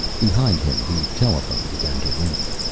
behind him, the telephone began to ring.